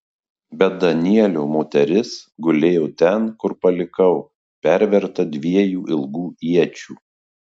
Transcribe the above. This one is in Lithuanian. bet danielio moteris gulėjo ten kur palikau perverta dviejų ilgų iečių